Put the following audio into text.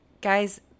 guys